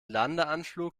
landeanflug